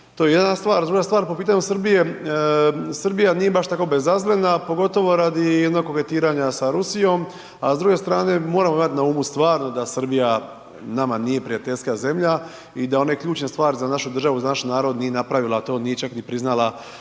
to je jedna stvar, a druga stvar po pitanju Srbije, Srbija nije baš tako bezazlena pogotovo radi jednog koketiranja sa Rusijom, a s druge strane moramo imati na umu stvarno da Srbija nama nije prijateljska zemlja i da one ključne stvari za našu državu, za naš narod nije napravila to, nije čak ni priznala